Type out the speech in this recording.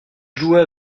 jouait